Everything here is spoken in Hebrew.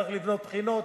צריך לבנות בחינות,